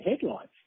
headlights